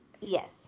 Yes